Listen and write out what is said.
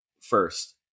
first